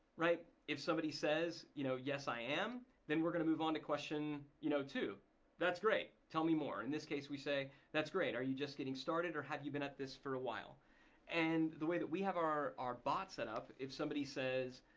if somebody says you know yes i am then we're gonna move on to question you know two, that's great, tell me more. in this case we say, that's great. are you just getting started or have you been at this for a while and the way that we have our our bots set up, up, if somebody says,